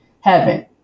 heaven